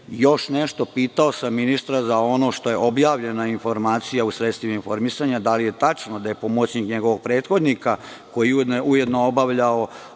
grupi. Pitao sam ministra za ono što je objavljena informacija u sredstvima informisanja. Da li je tačno da je pomoćnik njegovog prethodnika, koji je ujedno obavljao